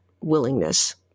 willingness